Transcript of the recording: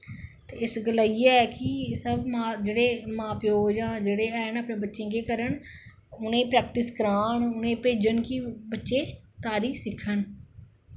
इस गल्ला इ'यै ऐ कि सब जेह्ड़े मां प्यो जां हैन बच्चें गी केह् करन उ'नें गी प्रैक्टिस करान उ'नें गी भेज्जन कि बच्चे तारी सिक्खन